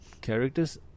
characters